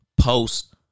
post